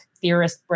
theorist